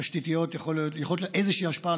תשתיתיות, יכולה להיות איזושהי השפעה.